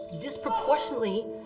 Disproportionately